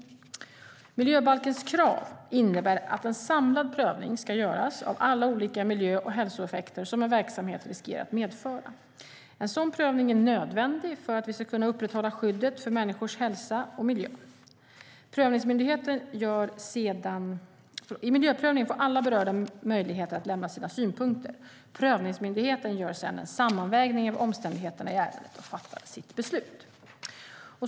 Miljöbalkens krav innebär att en samlad prövning ska göras av alla olika miljö och hälsoeffekter som en verksamhet riskerar att medföra. En sådan prövning är nödvändig för att vi ska kunna upprätthålla skyddet för människors hälsa och miljön. I miljöprövningen får alla berörda möjlighet att lämna sina synpunkter. Prövningsmyndigheten gör sedan en sammanvägning av omständigheterna i ärendet och fattar sitt beslut.